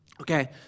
Okay